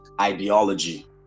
ideology